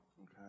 Okay